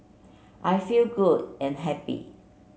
I feel good and happy